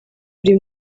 buri